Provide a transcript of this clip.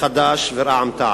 חד"ש ורע"ם-תע"ל: